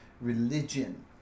religion